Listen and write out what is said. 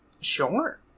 Sure